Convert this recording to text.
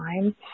time